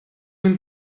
він